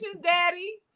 daddy